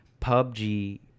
PUBG